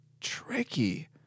tricky